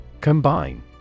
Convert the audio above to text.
Combine